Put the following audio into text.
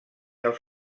els